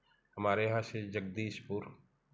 हमारे यहाँ से जगदीशपुर